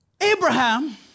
Abraham